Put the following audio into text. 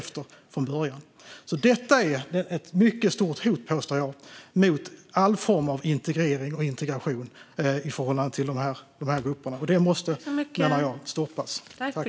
Jag påstår att detta är ett mycket stort hot mot all form av integrering och integration i förhållande till dessa grupper. Det måste stoppas, menar jag.